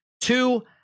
two